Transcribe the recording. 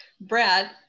Brad